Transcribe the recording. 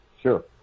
Sure